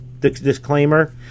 disclaimer